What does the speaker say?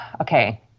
Okay